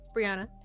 Brianna